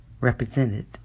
Represented